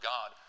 God